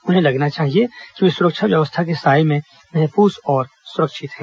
उन्हें लगना चाहिए कि वे सुरक्षा व्यवस्था के साये में महफूज और सुरक्षित हैं